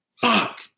fuck